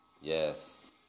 yes